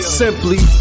simply